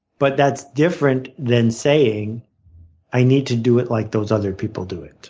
but that's different than saying i need to do it like those other people do it.